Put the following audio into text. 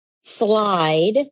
slide